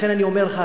לכן אני אומר לך,